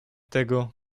tego